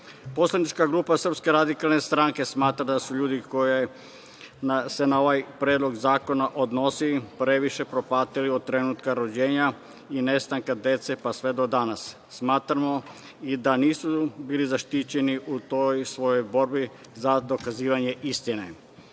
o ličnosti. Poslanička grupa SRS smatra da su ljudi na koje se ovaj Predlog zakona odnosi, previše propatili od trenutka rođenja i nestanka dece, pa sve do danas. smatramo i da nisu bili zaštićeni u toj svojoj borbi za dokazivanje istine.Za